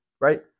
right